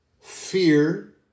Fear